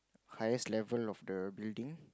highest level of the building